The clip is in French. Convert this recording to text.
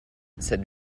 cette